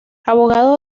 abogado